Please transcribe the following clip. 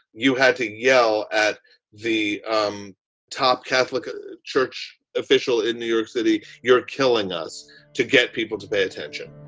you had to yell at the um top catholic ah church official in new york city. you're killing us to get people to pay attention